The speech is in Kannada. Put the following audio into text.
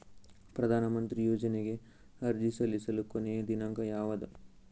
ಪ್ರಧಾನ ಮಂತ್ರಿ ಯೋಜನೆಗೆ ಅರ್ಜಿ ಸಲ್ಲಿಸಲು ಕೊನೆಯ ದಿನಾಂಕ ಯಾವದು?